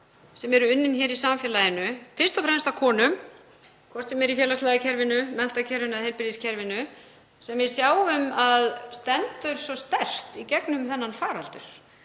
sem eru unnin í samfélaginu, fyrst og fremst af konum, hvort sem er í félagslega kerfinu, menntakerfinu eða heilbrigðiskerfinu, sem við sjáum að standa svo sterkt í gegnum þennan faraldur.